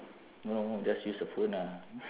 no no just use the phone ah